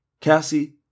Cassie